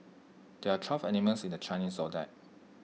there are twelve animals in the Chinese Zodiac